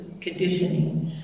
conditioning